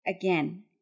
again